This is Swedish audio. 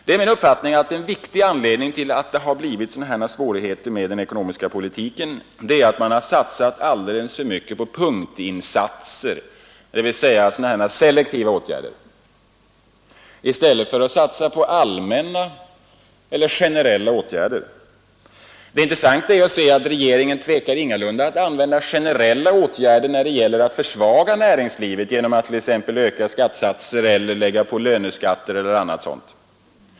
Det är min uppfattning att en viktig anledning till att det har blivit så stora svårigheter med den ekonomiska politiken är att man har satsat alldeles för mycket på punktinsatser, dvs. närmast på selektiva stället för att satsa på generella åtgärder. Det intressanta är att regeringen ingalunda tvekar att använda generella åtgärder när det gäller att försvaga näringslivet, t.ex. genom att öka skattesatserna eller att lägga på löneskatter eller annat sådant.